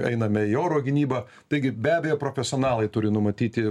einame į oro gynybą taigi be abejo profesionalai turi numatyti